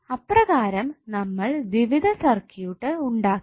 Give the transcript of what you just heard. അപ്രകാരം നമ്മൾ ദ്വിവിധ സർക്യൂട്ട് ഉണ്ടാക്കി